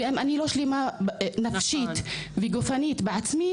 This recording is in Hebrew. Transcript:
ואם אני לא שלמה נפשית וגופנית בעצמי,